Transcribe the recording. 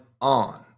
on